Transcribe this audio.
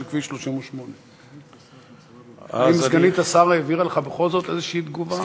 כביש 38. האם סגנית השר העבירה לך בכל זאת תגובה כלשהי?